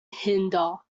hinder